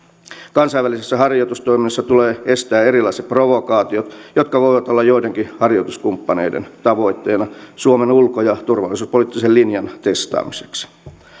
kansainvälisessä harjoitustoiminnassa tulee estää erilaiset provokaatiot jotka voivat olla joidenkin harjoituskumppaneiden tavoitteena suomen ulko ja turvallisuuspoliittisen linjan testaamiseksi